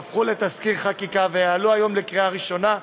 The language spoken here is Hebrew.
שהפכו לתזכיר חקיקה ויעלו היום לקריאה ראשונה,